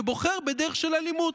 ובוחר בדרך של אלימות.